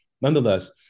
Nonetheless